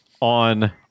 on